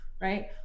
right